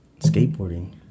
Skateboarding